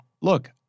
look